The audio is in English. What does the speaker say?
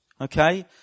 Okay